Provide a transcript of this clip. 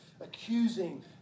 accusing